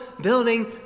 building